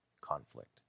conflict